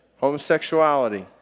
homosexuality